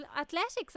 athletics